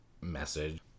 message